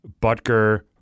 Butker